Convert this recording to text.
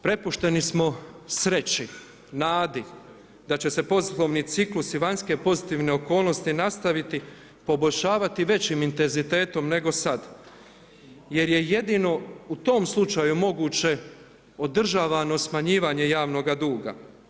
Prepušteni smo sreći, nadi da će se poslovni ciklusi i vanjske pozitivne okolnosti nastaviti poboljšavati većim intenzitetom nego sad, jer je jedino u tom slučaju moguće održavano smanjivanje javnoga duga.